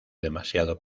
demasiado